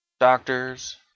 doctors